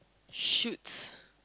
shoots